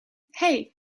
hey